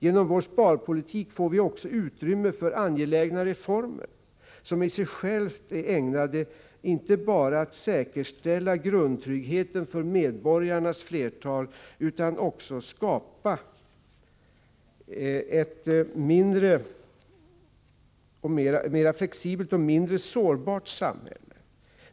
Genom vår sparpolitik får vi också utrymme för angelägna reformer som i sig själva är ägnade inte bara att säkerställa grundtryggheten för medborgarnas flertal utan också att skapa ett mera flexibelt och mindre sårbart samhälle.